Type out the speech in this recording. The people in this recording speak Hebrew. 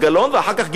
מה קורה פה?